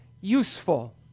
useful